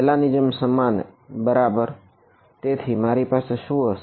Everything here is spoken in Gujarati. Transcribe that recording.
પહેલાની જેમ સમાન બરાબર તેથી મારી પાસે શું હશે